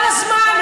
כל הזמן,